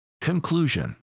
Conclusion